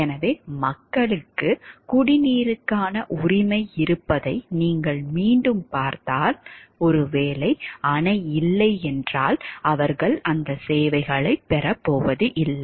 எனவே மக்களுக்கு குடிநீருக்கான உரிமை இருப்பதை நீங்கள் மீண்டும் பார்த்தால் ஒருவேளை அணை இல்லை என்றால் அவர்கள் அந்த சேவைகளைப் பெறப் போவதில்லை